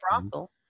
brothel